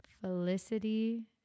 felicity